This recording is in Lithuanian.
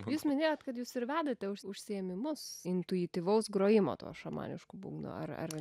jūs minėjot kad jūs ir vedate už užsiėmimus intuityvaus grojimo tuo šamanišku būgnu ar ar